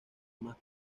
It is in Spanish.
más